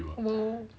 !wow!